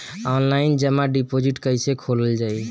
Online जमा deposit कैसे खोलल जाइ?